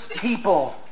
people